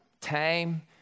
Time